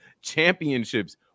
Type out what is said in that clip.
championships